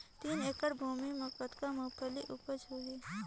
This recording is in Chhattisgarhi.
तीन एकड़ भूमि मे कतेक मुंगफली उपज होही?